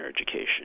education